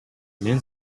мен